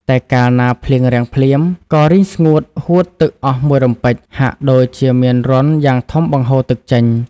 តែកាលណាភ្លៀងរាំងភ្លាម ក៏រីងស្ងួតហួតទឹកអស់មួយរំពេច ហាក់ដូចជាមានរន្ធយ៉ាងធំបង្ហូរទឹកចេញ ។